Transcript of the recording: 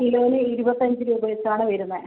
കിലോയിന് ഇരുപത്തി അഞ്ച് രൂപ വെച്ചാണ് വരുന്നേ